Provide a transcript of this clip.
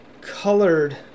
colored